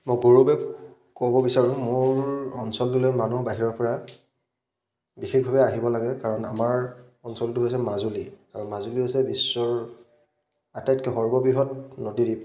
মই গৌৰৱে ক'ব বিচাৰোঁ মোৰ অঞ্চলটোলৈ মানুহ বাহিৰৰ পৰা বিশেষভাৱে আহিব লাগে কাৰণ আমাৰ অঞ্চলটো হৈছে মাজুলী আৰু মাজুলী হৈছে বিশ্বৰ আটাইতকৈ সৰ্ববৃহৎ নদী দ্বীপ